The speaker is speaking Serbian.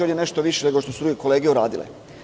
On je nešto više nego što smo druge kolege uradile.